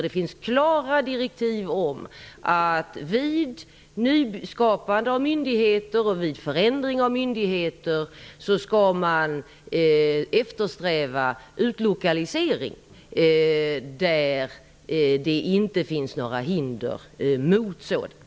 Det finns klara direktiv om att man skall eftersträva utlokalisering vid nyskapande och förändring av myndigheter om det inte finns några hinder mot det.